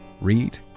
read